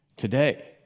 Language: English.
today